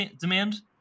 demand